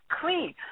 clean